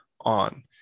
on